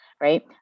right